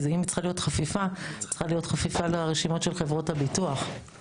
כי אם צריכה להיות חפיפה צריכה להיות חפיפה לרשימה של חברות הביטוח.